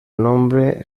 nombre